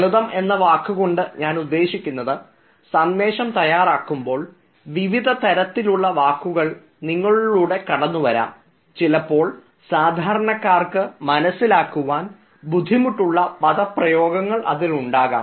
ലളിതം എന്ന വാക്കുകൊണ്ട് ഞാൻ ഉദ്ദേശിക്കുന്നത് സന്ദേശം തയ്യാറാകുമ്പോൾ വിവിധ തരത്തിലുള്ള വാക്കുകൾ നിങ്ങളിലൂടെ കടന്നുവരാം ചിലപ്പോൾ സാധാരണക്കാർക്ക് മനസ്സിലാക്കുവാൻ ബുദ്ധിമുട്ടുള്ള പദപ്രയോഗങ്ങൾ അതിൽ ഉണ്ടാകാം